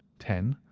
ten.